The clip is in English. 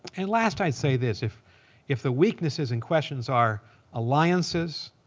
and last, i'd say this. if if the weaknesses and questions are alliances,